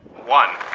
one